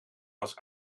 was